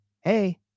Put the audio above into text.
Hey